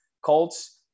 Colts